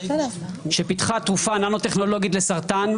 שפיתחה תרופה ננו-טכנולוגית לסרטן,